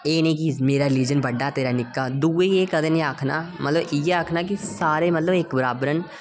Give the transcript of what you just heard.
एह् निं कि मेरा रिलिजन बड्डा तेरी निक्का दूए एह् कदें निं आखना मतलब इ'यै आखना कि सारे मतलब इक बराबर न